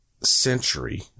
century